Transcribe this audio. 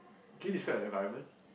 can you describe the environment